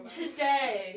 today